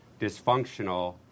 dysfunctional